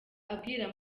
abwira